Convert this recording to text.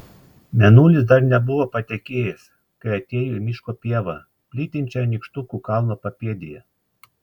mėnulis dar nebuvo patekėjęs kai atėjo į miško pievą plytinčią nykštukų kalno papėdėje